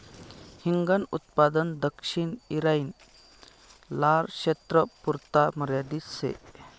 हिंगन उत्पादन दक्षिण ईरान, लारक्षेत्रपुरता मर्यादित शे